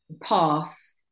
Pass